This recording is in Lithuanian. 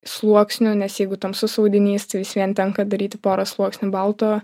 sluoksnio nes jeigu tamsus audinys tai vis vien tenka daryti porą sluoksnių balto